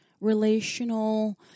relational